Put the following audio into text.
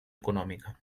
econòmica